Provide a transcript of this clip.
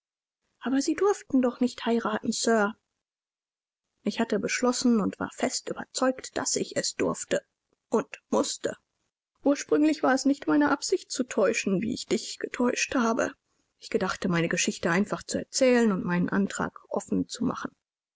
aber sie durften doch nicht heiraten sir ich hatte beschlossen und war fest überzeugt daß ich es durfte und mußte ursprünglich war es nicht meine absicht zu täuschen wie ich dich getäuscht habe ich gedachte meine geschichte einfach zu erzählen und meinen antrag offen zu machen